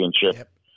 championship